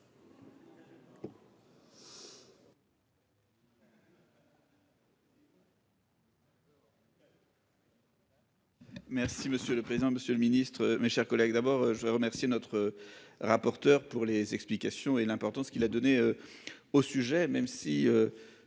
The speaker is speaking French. Merci monsieur le président, Monsieur le Ministre, mes chers collègues. D'abord je voudrais remercier notre. Rapporteur pour les explications et l'importance qu'il a donné. Au sujet même si.